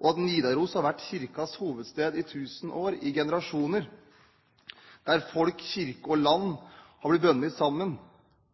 og at Nidaros har vært Kirkens hovedsted i tusen år, i generasjoner, der folk, kirke og land har blitt bundet sammen